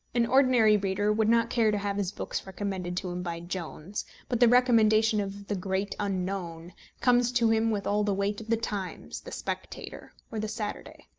an ordinary reader would not care to have his books recommended to him by jones but the recommendation of the great unknown comes to him with all the weight of the times, the spectator, or the saturday.